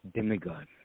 Demigod